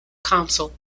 council